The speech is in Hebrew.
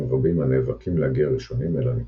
רבים הנאבקים להגיע ראשונים אל הנקבה.